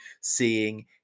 seeing